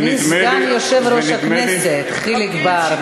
אדוני סגן יושב-ראש הכנסת חיליק בר,